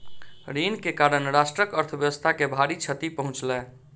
ऋण के कारण राष्ट्रक अर्थव्यवस्था के भारी क्षति पहुँचलै